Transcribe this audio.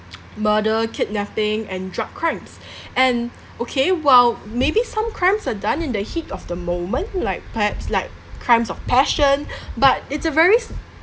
murder kidnapping and drug crimes and okay while maybe some crimes are done in the heat of the moment like perhaps like crimes of passion but it's a very s~